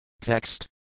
Text